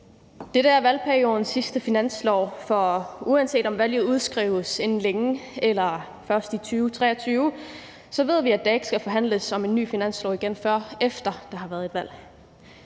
Dette er valgperiodens sidste finanslov, for uanset om valget udskrives inden længe eller først i 2023, ved vi, at der ikke skal forhandles om en ny finanslov igen, før efter der har været et valg.